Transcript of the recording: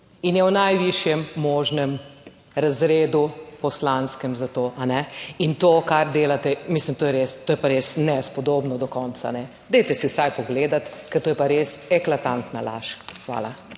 in je v najvišjem možnem razredu poslanskem za to, a ne, in to, kar delate, mislim, to je res, to je pa res nespodobno do konca. Dajte si vsaj pogledati, ker to je pa res eklatantna laž. Hvala.